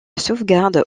sauvegarde